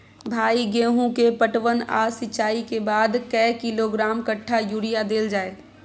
भाई गेहूं के पटवन आ सिंचाई के बाद कैए किलोग्राम कट्ठा यूरिया देल जाय?